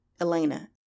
Elena